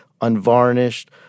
unvarnished